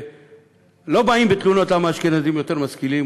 לא באים בתלונות למה האשכנזים יותר משכילים,